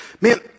Man